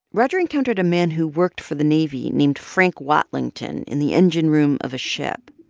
roger encountered a man who worked for the navy, named frank watlington, in the engine room of a ship.